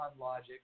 logic